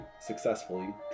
successfully